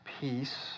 peace